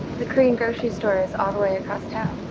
the korean grocery store is all the way across town.